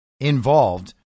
involved